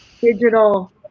digital